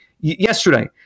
Yesterday